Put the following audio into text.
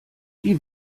die